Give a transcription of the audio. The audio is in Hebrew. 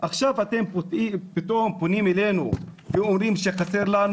עכשיו אתם פתאום פונים אלינו ואומרים שחסר לנו.